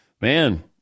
Man